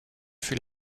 fut